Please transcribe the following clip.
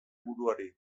buruari